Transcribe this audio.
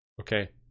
Okay